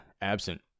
absent